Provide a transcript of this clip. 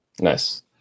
Nice